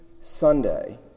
Sunday